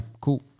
Cool